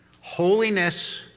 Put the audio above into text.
Holiness